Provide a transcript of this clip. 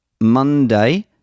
Monday